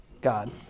God